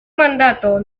mandato